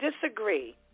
disagree